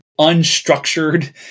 unstructured